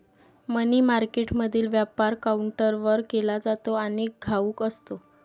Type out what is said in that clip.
मनी मार्केटमधील व्यापार काउंटरवर केला जातो आणि घाऊक असतो